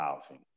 housing